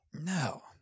No